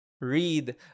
read